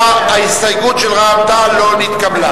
לא נתקבלה.